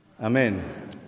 Amen